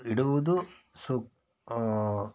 ಇಡುವುದು ಸೂಕ್ತ